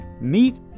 meet